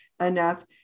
enough